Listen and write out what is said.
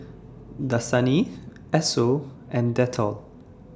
Dasani Esso and Dettol